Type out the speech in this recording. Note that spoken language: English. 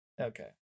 Okay